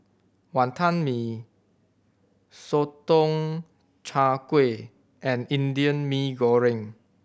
Wantan Mee Sotong Char Kway and Indian Mee Goreng